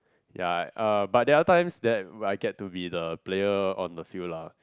ya uh but there are other times that I get to be the player on the field lah